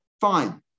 Fine